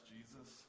Jesus